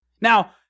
Now